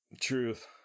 Truth